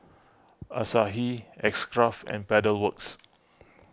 Asahi X Craft and Pedal Works